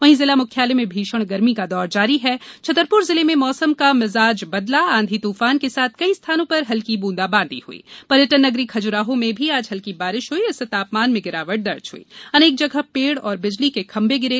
वहींजिला मुख्यालय मे भीषण गर्मी का दौर जारी है छतरप्र जिले में मौसम का मिजाज बदला आंधी तूफान के साथ कई स्थानों पर हल्की बूंदाबांदी पर्यटन नगरी खज्राहो में भी आज हल्की बारिश हई इससे तापमान में गिरावट दर्ज ह्ई अनेक जगह पेड़ और बिजली के खंभे गिरे